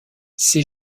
ses